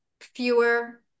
fewer